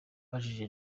abajije